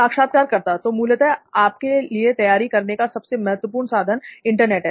साक्षात्कारकर्ता तो मूलतः आपके लिए तैयारी करने का सबसे महत्वपूर्ण साधन इंटरनेट है